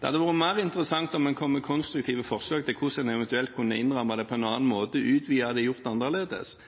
Det hadde vært mer interessant om en hadde kommet med konstruktive forslag til hvordan en eventuelt kunne innramme det på en annen måte, utvide det, gjøre det annerledes,